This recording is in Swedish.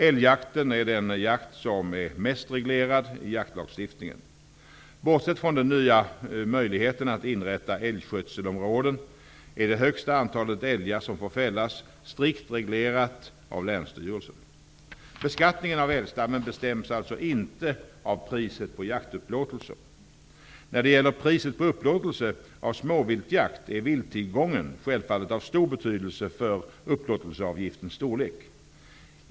Älgjakten är den jakt som är mest reglerad i jaktlagstiftningen. Bortsett från den nya möjligheten att inrätta älgskötselområden är det högsta antalet älgar som får fällas strikt reglerat av länsstyrelsen. Beskattningen av älgstammen bestäms alltså inte av priset på jaktupplåtelser. När det gäller priset på upplåtelse av småviltsjakt är vilttillgången självfallet av stor betydelse för upplåtelseavgiftens storlek.